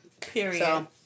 Period